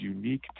unique